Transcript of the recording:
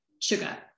sugar